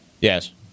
yes